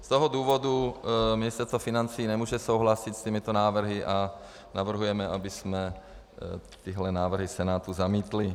Z toho důvodu Ministerstvo financí nemůže souhlasit s těmito návrhy a navrhujeme, abychom tyhle návrhy Senátu zamítli.